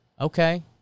Okay